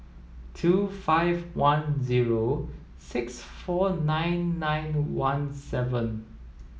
two five one zero six four nine nine one seven